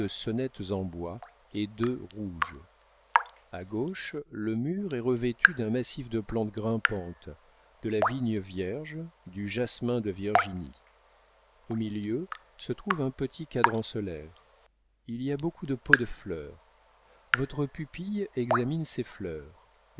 sonnettes en bois et d'œufs rouges a gauche le mur est revêtu d'un massif de plantes grimpantes de la vigne vierge du jasmin de virginie au milieu se trouve un petit cadran solaire il y a beaucoup de pots de fleurs votre pupille examine ses fleurs